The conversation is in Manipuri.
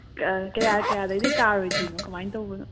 ꯀꯌꯥ ꯀꯌꯥꯗꯒꯤꯗꯤ ꯇꯥꯔꯣꯏꯗꯣꯏꯅꯣ ꯀꯔꯃꯥꯏꯅ ꯇꯧꯕꯅꯣ